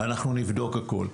אנחנו נבדוק הכול.